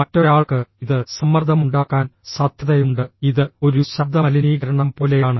മറ്റൊരാൾക്ക് ഇത് സമ്മർദ്ദമുണ്ടാക്കാൻ സാധ്യതയുണ്ട് ഇത് ഒരു ശബ്ദമലിനീകരണം പോലെയാണ്